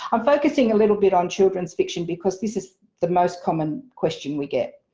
i'm focusing a little bit on children's fiction because this is the most common question we get.